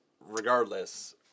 regardless